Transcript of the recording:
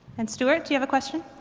and stewart do you have a question